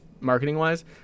marketing-wise